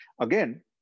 Again